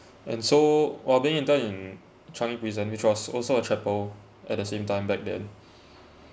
and so while being interned in changi prison which was also a chapel at the same time back then